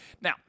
Now